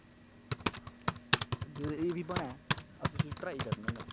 जनेही बी बने ते अस उसी ट्राई करने होन्ने